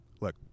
Look